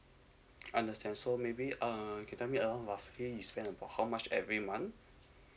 understand so maybe um can tell me around roughly you spend about how much every month